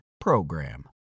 PROGRAM